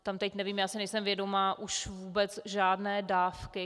Tam teď nevím, já si nejsem vědoma už vůbec žádné dávky.